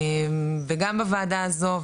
וגם בוועדה הזו,